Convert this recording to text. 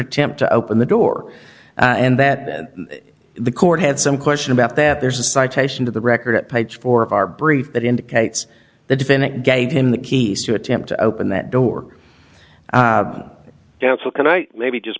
attempt to open the door and that then the court had some question about that there's a citation to the record at page four of our brief that indicates the defendant gave him the keys to attempt to open that door down so can i maybe just